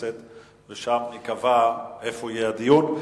ושם ייקבע איפה יהיה הדיון.